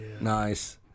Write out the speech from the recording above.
Nice